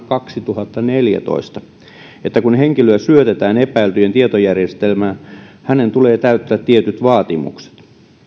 kaksituhattaneljätoista että kun henkilö syötetään epäiltyjen tietojärjestelmään hänen tulee täyttää tietyt vaatimukset